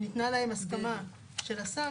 שניתנה להם הסכמה של השר,